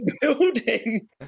building